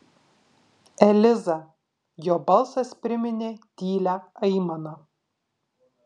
eliza jo balsas priminė tylią aimaną